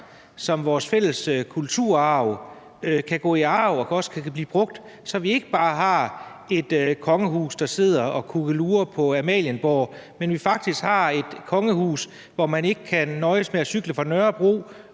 som vores fælles kulturarv, kan gå i arv og også kan blive brugt, så vi ikke bare har et kongehus, der sidder og kukkelurer på Amalienborg, men vi faktisk har et kongehus, hvor man ikke kan nøjes med at cykle fra Nørrebro